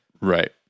right